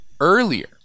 earlier